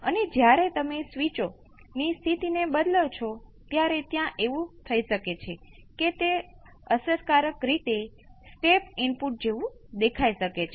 તેથી જ્યારે આ બંને સરખા હોય ત્યારે વિકલન સમીકરણનો ટાઈમ કોંસ્ટંટ એ ત્યારે જમણી બાજુના એક્સ્પોનેંસિયલના ટાઈમ કોંસ્ટંટ બરાબર છે આપણને આ ઉકેલ મળશે